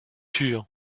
sûr